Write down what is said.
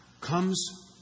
comes